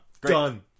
done